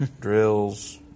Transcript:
drills